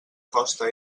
costa